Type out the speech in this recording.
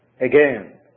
again